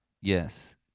yes